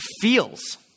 feels